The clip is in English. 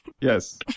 Yes